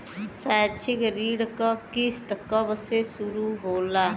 शैक्षिक ऋण क किस्त कब से शुरू होला?